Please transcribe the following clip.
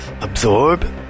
Absorb